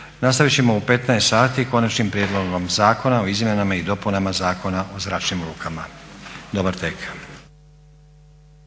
Nastavit ćemo u 15 sati konačnim prijedlogom Zakona o izmjenama i dopunama Zakona o zračnim lukama. Dobar tek.